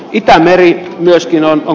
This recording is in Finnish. itämeri myöskin on